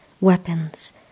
weapons